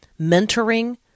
mentoring